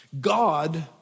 God